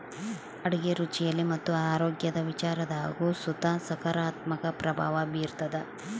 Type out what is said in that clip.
ಅಡುಗೆ ರುಚಿಯಲ್ಲಿ ಮತ್ತು ಆರೋಗ್ಯದ ವಿಚಾರದಾಗು ಸುತ ಸಕಾರಾತ್ಮಕ ಪ್ರಭಾವ ಬೀರ್ತಾದ